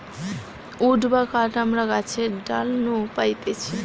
would বা কাঠ আমরা গাছের ডাল নু পাইতেছি